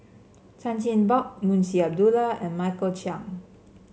Chan Chin Bock Munshi Abdullah and Michael Chiang